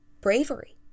bravery